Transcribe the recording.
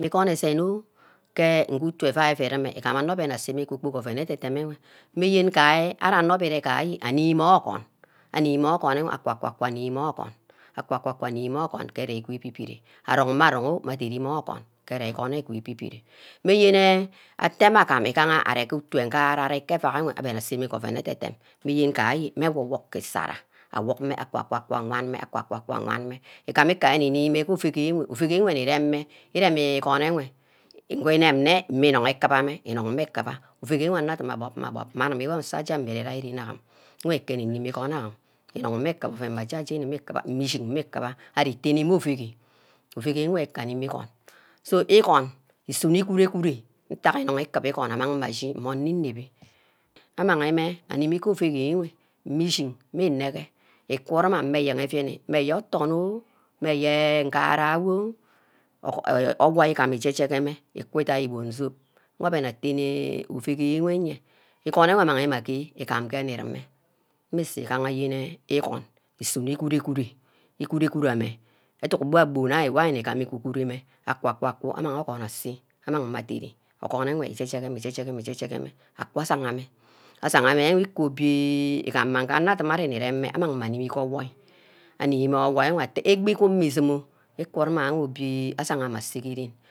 Igonor esene oh ke nge utu euai ifu reme igamah onor abbe aseme oven kpor-kpor oven ide-dem enwe, niyene ari gaje mbi ire gaje ini-mimeh ke orgon, animeh ogon nye aka-ku aka amimeh orgon animeh ogon nye aka-ku aka amieh orgon, animeh orgon je igbiri-bire arong mmeh arong o, animeh orgon ke ugun wor ifi bi-bi-re mmeh yene ateme agome igaha arear ke otu ngahara arear ke evaek nwe abbe na say mmeh ke ovun ede dem, mmeh yene gaje mme ewu wuk ke isarah awuke mme, aku ke awan mme aka-ku awan mme igan kubor ari nni nimeh ke iuugi iuughi mme nmi-rem mme iremi isum enwe igbugu irem nne mmeh iniong ikubu ameh inug mme ikuba iuagi wor ane adim agbob mme agbob mme anim wor nsa aje ire ke ren am nwe kubor nni nimah inug mmeh ikuba oven ja-jeni mmeh ikuba mme ishin mme ikuba ari tene mmeh iuagi, iuagi mme ikana mme igon, so igon isunor igu-guneh ntack inung ikbor igon amang mmeh ashi mme onor inep-bi amagi mmeh amimi ke iuack enwe mme ishin mme inege, ikunaha mme eyen evimi mme oton oh, mmeh ayeh ngaha oh, owoi igama ijerk-jerk emme iku idai igbon zope wor abene attene iuack wor enye igono wor ameng mme agebe igam inge ni-rume mmusa igaha nne yene igon isunor igwu-igwure igwure igwure ameh edunk gba-gba nne nni gam igb-bu mme aka-kwu amang ogon ase amang mme adere orgon enwe ichi-chige mme, iguma ichi-chieme akwa asingameh, asangameh iku obiaa, igam meh anor adim aremeh amimi ke owoi amimeh owoi atteh egbi good egbe-gbe wun-mme isumor akuna oboi agagnama aseke-ren